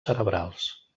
cerebrals